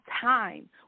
time